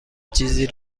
چیزی